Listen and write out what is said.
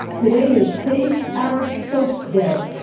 today is save our soaps day.